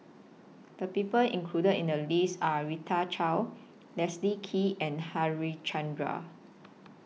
The People included in The list Are Rita Chao Leslie Kee and Harichandra